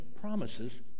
promises